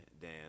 Dan